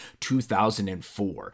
2004